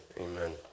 Amen